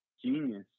genius